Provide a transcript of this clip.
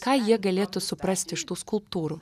ką jie galėtų suprasti iš tų skulptūrų